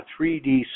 3D